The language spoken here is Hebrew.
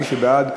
מי שבעד,